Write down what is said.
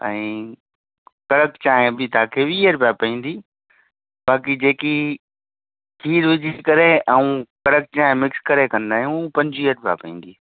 ऐं कड़क चांहि बि तव्हांखे वीह रुपया पवंदी बाक़ी जेकी खीरु विझी करे ऐं कड़क चांहि मिक्स करे कंदा आहियूं उ पंजवीह रुपया पवंदी